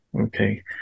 Okay